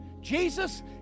Jesus